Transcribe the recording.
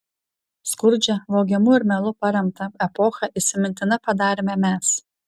skurdžią vogimu ir melu paremtą epochą įsimintina padarėme mes